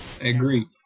agree